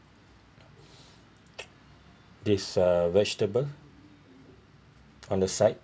this uh vegetable on the side